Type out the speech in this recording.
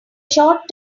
short